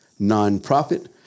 nonprofit